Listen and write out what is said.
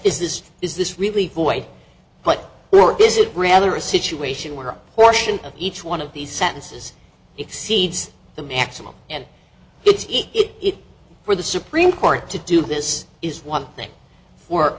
is this really void but your visit rather a situation where a portion of each one of these sentences exceeds the maximum and it's it for the supreme court to do this is one thing w